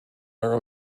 are